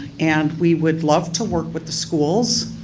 and we would love to work with the schools.